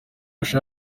icyo